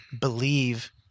believe